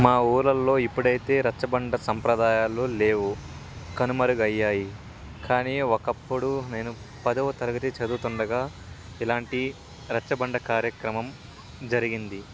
మా ఊళల్లో ఇప్పుడైతే రచ్చబండ సంప్రదాయాలు లేవు కనుమరుగయ్యాయి కానీ ఒకప్పుడు నేను పదవ తరగతి చదువుతుండగా ఇలాంటి రచ్చబండ కార్యక్రమం జరిగింది